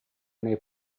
nei